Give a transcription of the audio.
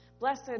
Blessed